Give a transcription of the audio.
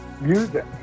music